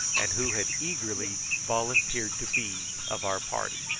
and who had eagerly volunteered to be of our party.